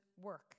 work